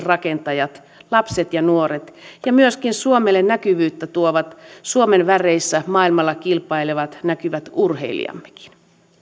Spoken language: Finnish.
rakentajat lapset ja nuoret myöskin suomelle näkyvyyttä tuovat suomen väreissä maailmalla kilpailevat urheilijammekin